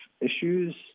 issues